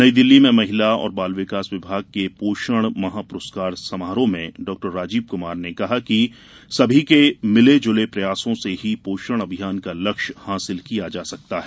नई दिल्ली में महिला और बाल विकास विभाग के पोषण माह पुरस्कार समारोह में डॉ राजीव कुमार ने कहा कि सभी के मिले जुले प्रयासों से ही पोषण अभियान का लक्ष्य हासिल किया जा सकता है